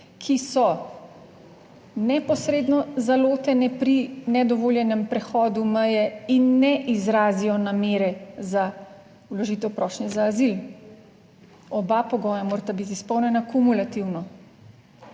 ki so neposredno zalotene pri nedovoljenem prehodu meje in ne izrazijo namere za vložitev prošnje za azil - oba pogoja morata biti izpolnjena kumulativno.